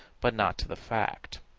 but not to the fact.